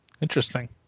Interesting